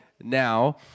now